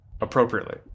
appropriately